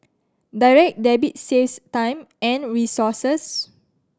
Direct Debit saves time and resources